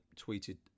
tweeted